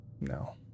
no